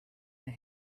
they